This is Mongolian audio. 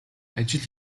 ажил